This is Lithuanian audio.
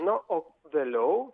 na o vėliau